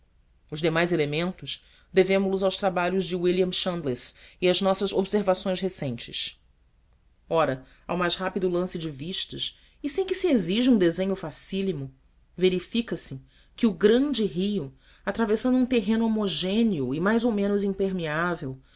os demais elementos devemo los aos trabalhos de william chandless e às nossas observações recentes ora ao mais rápido lance de vistas e sem que se exija um desenho facílimo verifica-se que o grande rio atravessando um terreno homogêneo e mais ou menos impermeável